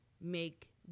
make